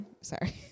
sorry